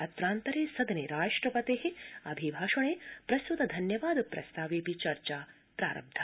अत्रान्तरे सदने राष्ट्रपते अभिभाषणे प्रस्तृत धन्यवाद प्रस्तावे चर्चा प्रारब्धा